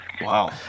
Wow